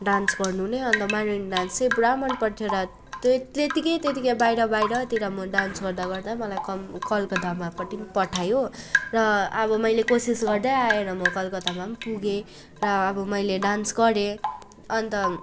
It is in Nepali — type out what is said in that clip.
डान्स गर्नु नै अन्त मारुनी डान्स चाहिँ पुरा मनपर्थ्यो र त्यतिकै त्यतिकै बाहिर बाहिरतिर म डान्स गर्दा गर्दा मलाई कम् कलकत्तामा पनि पठायो र अब मैले कोसिस गर्दै आएर म कलकत्तामा पनि पुगेँ र अब मैले डान्स गरेँ अन्त